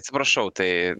atsiprašau tai